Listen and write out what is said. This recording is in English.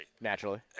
Naturally